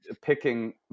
picking –